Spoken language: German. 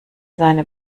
seine